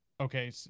Okay